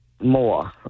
more